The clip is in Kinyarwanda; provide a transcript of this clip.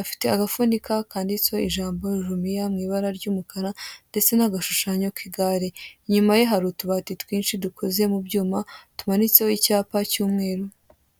afite agafunika nanditseho ijambo rumiya mu ibara ry'umukara, ndetse n'agashushanyo k'igare. Inyuma ye hari utubati twinshi dukoze mu byuma, tumanitseho icyapa cy'umweru.